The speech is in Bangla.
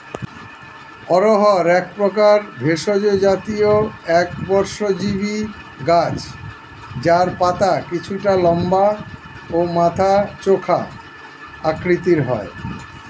অড়হর একপ্রকার ভেষজ জাতীয় একবর্ষজীবি গাছ যার পাতা কিছুটা লম্বা ও মাথা চোখা আকৃতির হয়